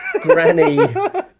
granny